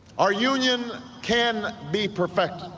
our union can be perfect